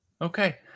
Okay